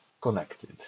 connected